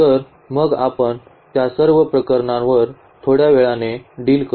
तर मग आपण त्या सर्व प्रकरणांवर थोड्या वेळाने डील करू